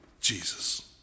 Jesus